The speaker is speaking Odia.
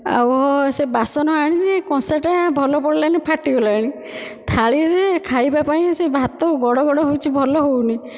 ଆଉ ସେ ବାସନ ଆଣିଛି କଂସାଟା ଭଲ ପଡ଼ିଲାନି ଫାଟିଗଲାଣି ଥାଳିରେ ଖାଇବା ପାଇଁ ସେ ଭାତ ଗଡ଼ ଗଡ଼ ହେଉଛି ଭଲ ହେଉନି